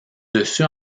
dessus